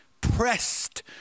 pressed